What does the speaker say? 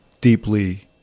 deeply